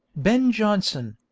ben jonson,